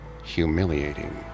humiliating